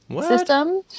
system